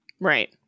Right